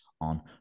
on